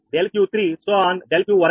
∆𝑄 వరకు